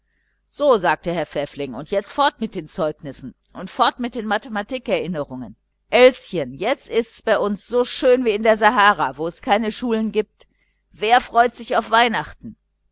so sagte herr pfäffling und jetzt fort mit den zeugnissen fort mit den mathematik erinnerungen elschen jetzt ist's bei uns so schön wie in der sahara wo es keine schule gibt wer freut sich auf weihnachten